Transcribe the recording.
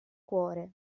cuore